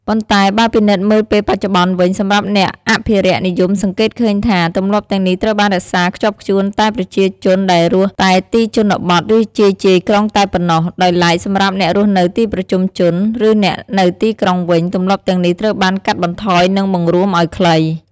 ប៉ុន្តែបើពិនិត្យមើលពេលបច្ចុប្បន្នវិញ សម្រាប់អ្នកអភិរក្សនិយមសង្កេតឃើញថា ទម្លាប់ទាំងនេះត្រូវបានរក្សាខ្ជាប់ខ្ជួនតែប្រជាជនដែលរស់តែទីជនបទ ឬជាយៗក្រុងតែប៉ុណ្ណោះ ដោយឡែកសម្រាប់អ្នករស់នៅទីប្រជុំជន ឬអ្នកនៅទីក្រុងវិញ ទម្លាប់ទាំងនេះត្រូវបានកាត់បន្ថយនិងបង្រួមឲ្យខ្លី។